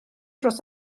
dros